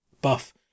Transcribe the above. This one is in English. buff